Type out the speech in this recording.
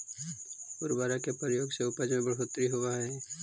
उर्वरक के प्रयोग से उपज में बढ़ोत्तरी होवऽ हई